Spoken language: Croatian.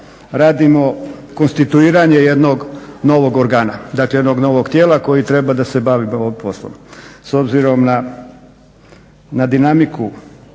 radimo konstituiranje jednog novog organa, dakle, jednog novog tijela koji treba da se bavi ovim poslom. S obzirom na dinamiku